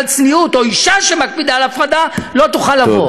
צניעות או אישה שמקפידה על הפרדה לא תוכל לבוא,